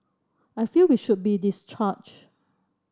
I feel we should be discharged